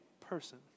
person